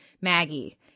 Maggie